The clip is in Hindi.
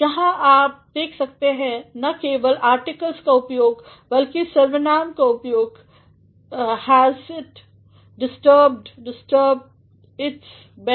यहाँ आप देख सकते हैं ना केवल आर्टिकल्स का उपयोग बल्कि सवर्नाम का उपयोग has it disturbs disturbed it's bad